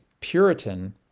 Puritan